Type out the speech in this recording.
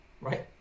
right